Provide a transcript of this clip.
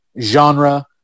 genre